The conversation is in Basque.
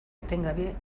etengabe